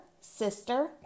sister